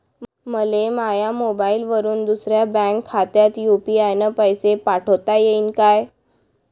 मले माह्या मोबाईलवरून दुसऱ्या बँक खात्यात यू.पी.आय न पैसे पाठोता येईन काय?